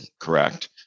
correct